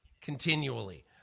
continually